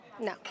No